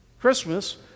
Christmas